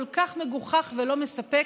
כל כך מגוחך ולא מספק,